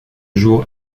jour